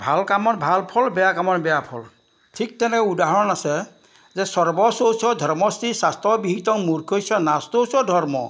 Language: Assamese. ভাল কামত ভাল ফল বেয়া কামৰ বেয়া ফল ঠিক তেনেকৈ উদাহৰণ আছে যে সৰ্ব চৌস ধৰ্ম স্থিৰ স্বাস্থ্য বিহিত মূৰ্খ ইস নাস্তো ইস ধৰ্ম